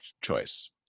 choice